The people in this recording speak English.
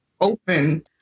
open